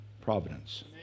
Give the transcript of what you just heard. providence